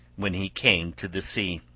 when he came to the sea!